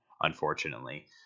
unfortunately